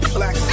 Black